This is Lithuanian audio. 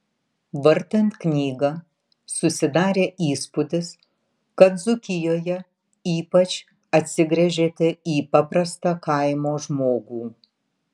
vartant knygą susidarė įspūdis kad dzūkijoje ypač atsigręžėte į paprastą kaimo žmogų